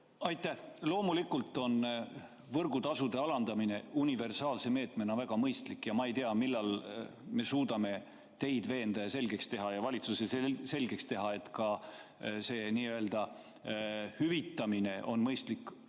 Seeder! Loomulikult on võrgutasude alandamine universaalse meetmena väga mõistlik. Ma ei tea, millal me suudame teid veenda ja valitsusele selgeks teha, et ka see n-ö hüvitamine on mõistlik